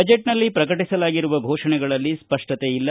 ಬಜೆಟ್ನಲ್ಲಿ ಪ್ರಕಟಿಸಲಾಗಿರುವ ಫೋಷಣೆಗಳಲ್ಲಿ ಸ್ಪಷ್ಟತೆಯಿಲ್ಲ